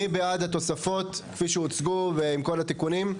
מי בעד התוספות כפי שהוצגו, ועם כל התיקונים?